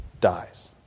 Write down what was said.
dies